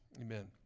Amen